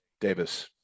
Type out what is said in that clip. Davis